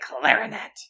clarinet